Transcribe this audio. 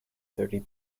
thirty